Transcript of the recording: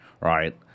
right